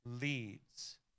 leads